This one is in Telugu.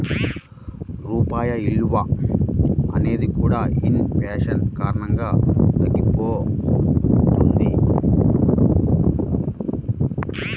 రూపాయి విలువ అనేది కూడా ఇన్ ఫేషన్ కారణంగా తగ్గిపోతది